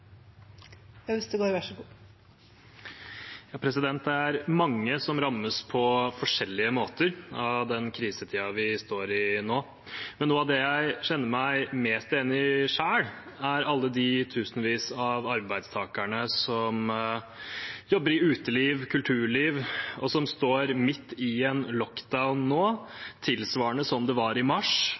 Det er mange som rammes på forskjellige måter av den krisetiden vi står i nå. Noe av det jeg kjenner meg mest igjen i selv, er alle de tusenvis av arbeidstakerne som jobber i uteliv og kulturliv, og som nå står midt i en «lockdown» tilsvarende slik det var i mars,